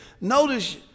Notice